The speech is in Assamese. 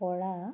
কৰা